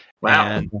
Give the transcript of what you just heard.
wow